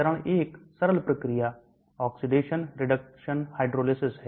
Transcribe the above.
चरण 1 सरल प्रक्रिया oxidation reduction hydrolysis है